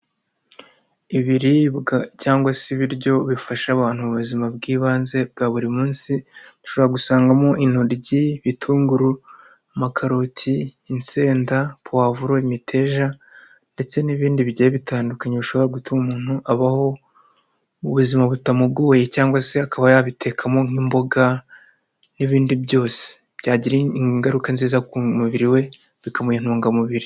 Ibiribwa cyangwa se ibiryo bifasha abantu ubuzima bw'ibanze bwa buri munsi, ushobora gusangamo: intoryi, ibitunguru, amakaroti, insenda, powavuro, imeteja ndetse n'ibindi bigiye bitandukanye bishobora gutuma umuntu abaho ubuzima butamugoye cyangwa se akaba yabitekamo nk'imboga n'ibindi byose byagira ingaruka nziza ku mubiri we bikamuha intungamubiri.